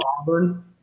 auburn